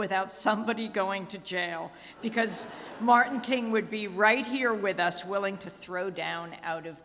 without somebody going to jail because martin king would be right here with us willing to throw down out of